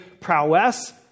prowess